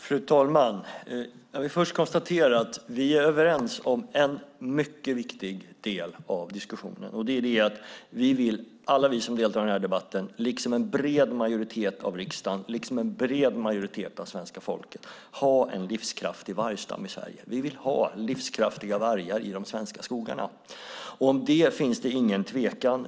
Fru talman! Jag konstaterar att vi är överens om en mycket viktig del av diskussionen: Alla vi som deltar i den här debatten vill, liksom en bred majoritet i riksdagen och en bred majoritet av svenska folket, ha en livskraftig vargstam i Sverige. Vi vill ha livskraftiga vargar i de svenska skogarna. Om det finns det ingen tvekan.